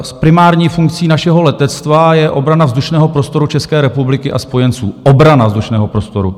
Primární funkcí našeho letectva je obrana vzdušného prostoru České republiky a spojenců, obrana vzdušného prostoru.